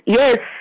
yes